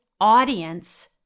audience